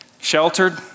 sheltered